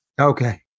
Okay